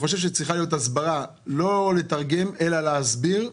צריכה להיות הסברה, לא לתרגם, אלא להסביר.